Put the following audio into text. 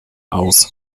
aus